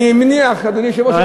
אני מניח שאדוני היושב-ראש יחזיר לי.